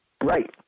right